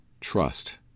trust